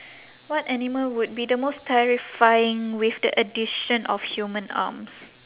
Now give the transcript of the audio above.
what animal would be the most terrifying with the addition of human arms